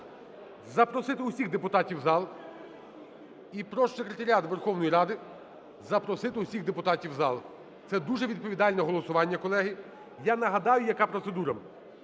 запросити всіх депутатів у зал і прошу секретаріат Верховної Ради запросити всіх депутатів у зал. Це дуже відповідальне голосування, колеги. Я нагадаю, яка процедура.